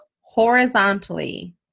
horizontally